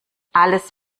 alles